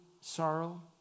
sorrow